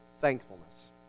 thankfulness